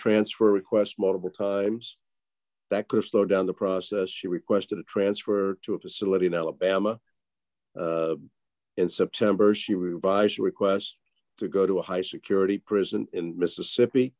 transfer request multiple times that could slow down the process she requested a transfer to a facility in alabama in september she revised requests to go to a high security prison in mississippi